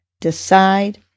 decide